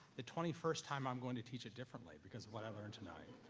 the twenty first time i'm gonna teach it differently because of what i learned tonight,